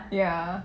ya